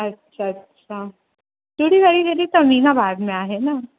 अच्छा अच्छा कहिड़ी राई गली त अमीनाबाद में आहे न